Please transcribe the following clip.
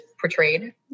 portrayed